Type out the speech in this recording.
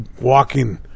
walking